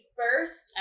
first